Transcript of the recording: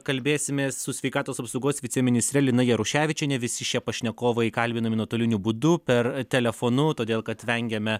kalbėsimės su sveikatos apsaugos viceministre lina jaruševičienė visi šie pašnekovai kalbinami nuotoliniu būdu per telefonu todėl kad vengiame